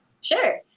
Sure